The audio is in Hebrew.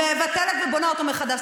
מבטלת ובונה אותו מחדש.